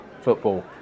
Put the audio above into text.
football